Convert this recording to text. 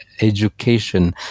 education